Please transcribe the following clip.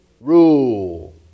rule